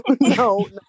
No